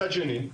מצד שני,